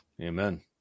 Amen